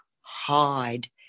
hide